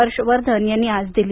हर्ष वर्धन यांनी आज दिली